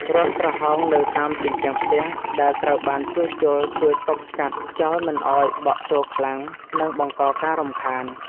រន្ធប្រហោងនៅតាមជញ្ជាំងផ្ទះដែលត្រូវបានជួសជុលជួយទប់ស្កាត់ខ្យល់មិនឱ្យបក់ចូលខ្លាំង និង បង្កការរំខាន។